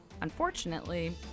Unfortunately